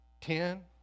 ten